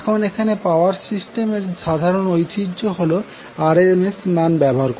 এখন এখানে power system এর সাধারন ঐতিহ্য হল RMS মান ব্যবহার করা